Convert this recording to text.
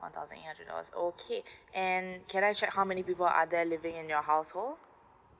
one thousand eight hundred dollars alright okay and can I check how many people are there living in your household